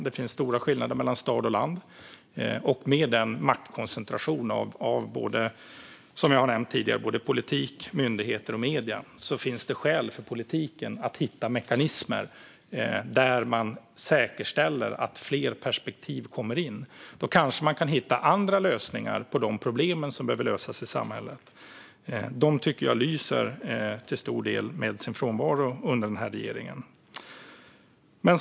Det finns stora skillnader mellan stad och land, och med den maktkoncentration som jag har nämnt tidigare av både politik, myndigheter och medier finns det skäl för politiken att hitta mekanismer där man säkerställer att fler perspektiv kommer in. Då kanske man kan hitta andra lösningar på de problem som behöver lösas i samhället. Jag tycker att lösningarna till stor del lyser med sin frånvaro under den här regeringen.